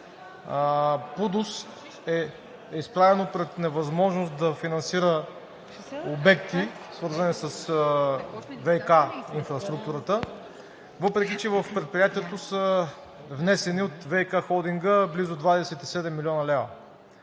ПУДООС е изправено пред невъзможност да финансира обекти, свързани с ВиК инфраструктурата, въпреки че в предприятието са внесени от ВиК холдинга близо 27 млн. лв.